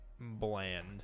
bland